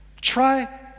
Try